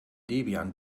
debian